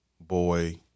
boy